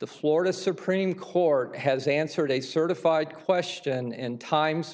the florida supreme court has answered a certified question and times